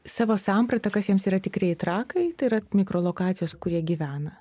savo sampratą kas jiems yra tikrieji trakai tai yra mikrolokacijos kur jie gyvena